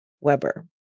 Weber